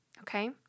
Okay